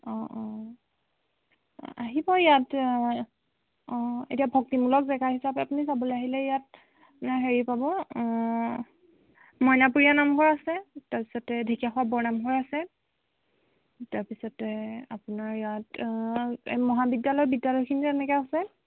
অঁ অঁ আহিব ইয়াত অঁ এতিয়া ভক্তিমূলক জেগা হিচাপে আপুনি যাবলে আহিলে ইয়াত আপোনাৰ হেৰি পাব মইনাপুৰীয়া নামঘৰ আছে তাৰপিছতে ঢেঁকীয়াখোৱা বৰ নামঘৰ আছে তাৰপিছতে আপোনাৰ ইয়াত মহাবিদ্যালয় বিদ্যালয়খিনি তেনেকে আছে